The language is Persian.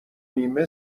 نیمه